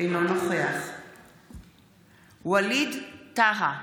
אינו נוכח ווליד טאהא,